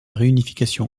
réunification